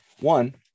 One